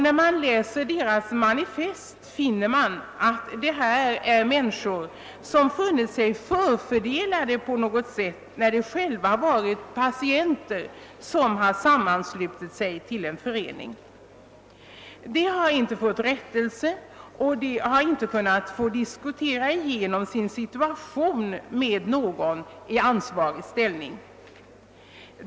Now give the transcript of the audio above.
När man läser dess manifest finner man att det är människor som anser sig förfördelade på något sätt, när de själva varit patienter som har sammanslutit sig till en förening, De har inte fått rättelse, och de har inte kunnat diskutera igenom sin situation med någon i ansvarig ställning.